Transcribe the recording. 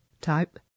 type